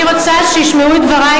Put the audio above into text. אני רוצה שישמעו את דברי,